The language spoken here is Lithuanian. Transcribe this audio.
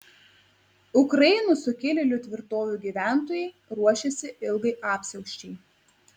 ukrainos sukilėlių tvirtovių gyventojai ruošiasi ilgai apsiausčiai